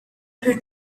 who